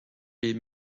les